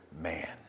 man